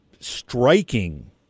striking